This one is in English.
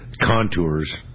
contours